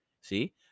See